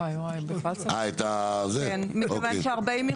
אה, אוקיי.